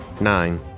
Nine